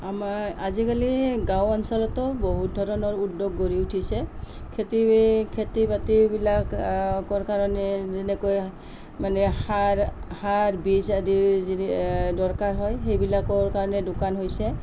আমাৰ আজিকালি গাঁও অঞ্চলতো বহুত ধৰণৰ উদ্যোগ গঢ়ি উঠিছে খেতিৰ খেতি বাতিবিলাক কৰ কাৰণে যেনেকৈ মানে সাৰ সাৰ বীজ আদিৰ দৰকাৰ হয় সেইবিলাকৰ কাৰণে দোকান হৈছে